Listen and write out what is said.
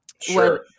Sure